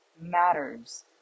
matters